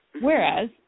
Whereas